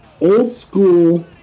old-school